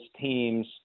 teams